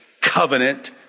covenant